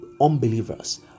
unbelievers